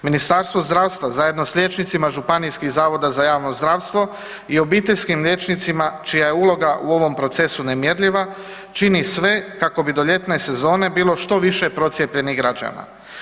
Ministarstvo zdravstva zajedno s liječnicima županijskih zavoda za javno zdravstvo i obiteljskim liječnicima čija je uloga u ovom procesu nemjerljiva, čini sve kako bi do ljetne sezone bilo što više procijepljenih građana.